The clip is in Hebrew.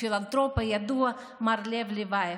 הפילנתרופ הידוע מר לב לבייב,